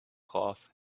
cloth